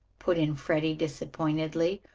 put in freddie disappointedly.